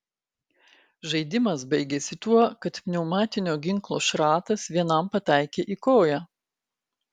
žaidimas baigėsi tuo kad pneumatinio ginklo šratas vienam pataikė į koją